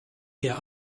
herr